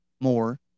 more